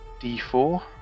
D4